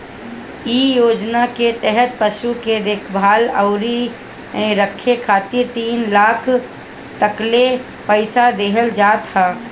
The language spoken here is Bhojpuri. इ योजना के तहत पशु के देखभाल अउरी रखे खातिर तीन लाख तकले पईसा देहल जात ह